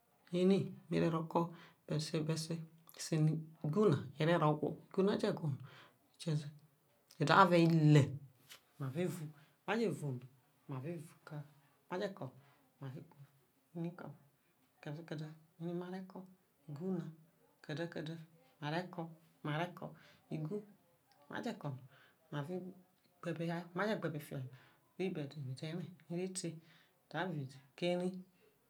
eri me re ro ko bese bese igu na are ro gwo igu na je gwo igu na je gwo no me kieze ede aro ile ma re vu ma je vu no ma ve ko ma je ko no eri ma re ko kede eri ma re ko igu ne kede kede ma re ko ma re ko igu ma te ko no ma ce gbe ebe ha ma je gbe ebe fia no ribe de no ere ire te ede avo izi ko ere